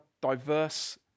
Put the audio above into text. diverse